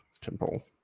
temple